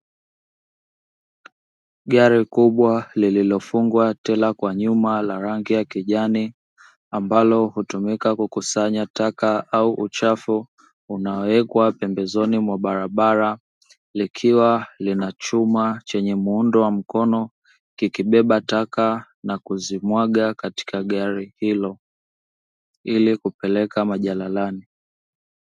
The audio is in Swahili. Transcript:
Gari kubwa lililofungwa tera kwa nyuma la rangi ya kijani, ambalo hutumika kukusanya taka au uchafu unaowekwa pembezoni mwa barabara, likiwa lina chuma chenye muundo wa mkono, kikibeba taka a kuzimwaga katika gari hilo ili kupeleka majalalani.